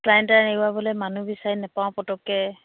saline তেলাইন এৰোৱাবলৈ মানুহ বিচাৰি নাপাওঁ পতককৈ